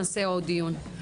נעשה עוד דיון,